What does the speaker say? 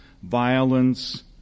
violence